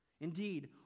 Indeed